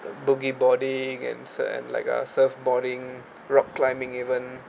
the boogie boarding and so and like a surf boarding rock climbing even